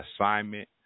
assignment